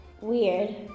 weird